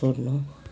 छोड्नु